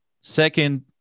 Second